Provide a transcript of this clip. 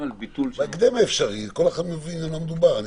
בהקדם האפשרי, כל אחד מבין על מה מדובר.